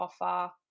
offer